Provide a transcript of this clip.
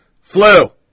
Flu